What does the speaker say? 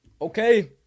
Okay